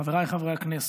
חבריי חברי הכנסת,